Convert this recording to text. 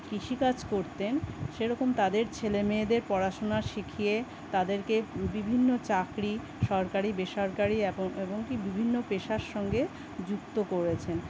কৃষিকাজ করতেন সেরকম তাদের ছেলে মেয়েদের পড়াশোনা শিখিয়ে তাদেরকে বিভিন্ন চাকরি সরকারি বেসরকারি অ্যাবং এবং কি বিভিন্ন পেশার সঙ্গে যুক্ত করেছেন